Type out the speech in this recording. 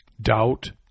doubt